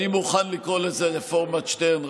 אני מוכן לקרוא לזה רפורמת שטרן,